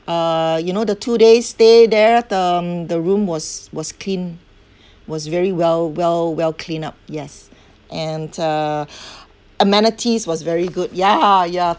uh you know the two days stay there um the room was was clean was very well well well clean up yes and uh amenities was very good ya ya